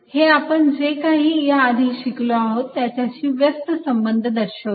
हे आपण जे काही या आधी शिकलो त्याच्याशी व्यस्त संबंध दर्शवते